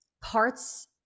parts